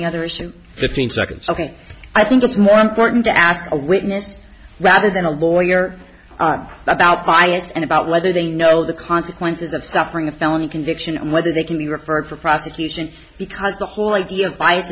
the other issue fifteen seconds i think i think it's more important to ask a witness rather than a lawyer about bias and about whether they know the consequences of suffering a felony conviction and whether they can be referred for prosecution because the whole idea of